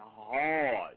hard